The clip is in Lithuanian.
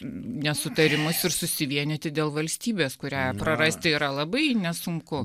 nesutarimus ir susivienyti dėl valstybės kurią prarasti yra labai nesunku